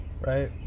Right